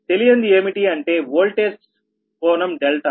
తెలియంది ఏమిటి అంటే వోల్టేజ్ కోణం డెల్టా